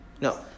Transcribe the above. No